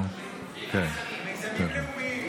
מיזמים לאומיים.